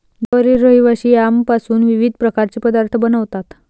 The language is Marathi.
डोंगरावरील रहिवासी यामपासून विविध प्रकारचे पदार्थ बनवतात